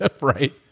right